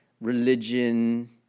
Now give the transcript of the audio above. religion